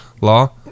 law